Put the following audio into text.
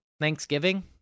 Thanksgiving